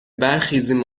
برخیزیم